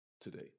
today